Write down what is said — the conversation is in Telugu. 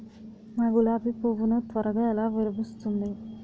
నా గులాబి పువ్వు ను త్వరగా ఎలా విరభుస్తుంది?